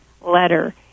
letter